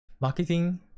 marketing